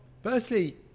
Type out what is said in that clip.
firstly